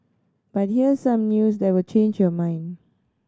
but here's some news that will change your mind